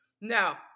Now